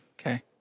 Okay